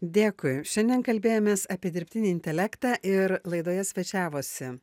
dėkui šiandien kalbėjomės apie dirbtinį intelektą ir laidoje svečiavosi